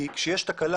שבוע הייתה תקלה